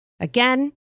Again